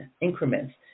increments